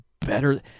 better